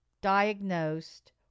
diagnosed